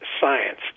science